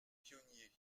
pionniers